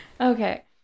okay